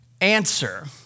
answer